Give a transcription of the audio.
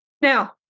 Now